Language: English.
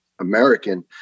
American